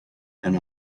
and